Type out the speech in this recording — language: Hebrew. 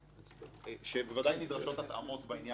ודאי נדרשות התאמות בעניין הזה,